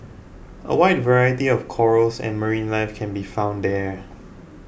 a wide variety of corals and marine life can be found there